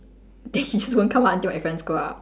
then he won't come out until everyone's go out